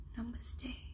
namaste